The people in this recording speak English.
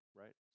right